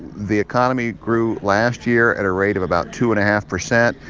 the economy grew last year at a rate of about two and a half percent.